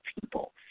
people